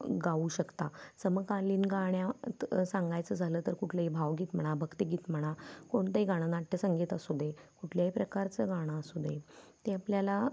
गाऊ शकता समकालीन गाण्यात सांगायचं झालं तर कुठलंही भावगीत म्हणा भक्तीगीत म्हणा कोणतंही गाणं नाट्यसंगीत असू दे कुठल्याही प्रकारचं गाणं असू दे ते आपल्याला